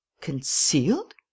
Concealed